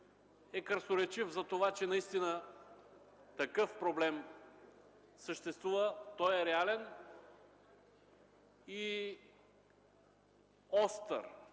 е красноречив за това, че наистина такъв проблем съществува, той е реален и остър